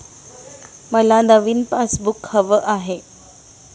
मला नवीन पासबुक हवं आहे